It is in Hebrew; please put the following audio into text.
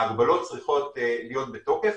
ההגבלות צריכות להיות בתוקף,